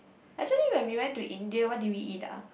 actually when we went to India what did we eat ah